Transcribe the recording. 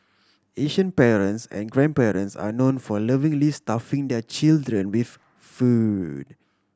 Asian parents and grandparents are known for lovingly stuffing their children with food